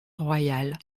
royale